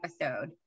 episode